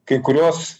kai kurios